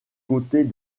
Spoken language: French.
côtés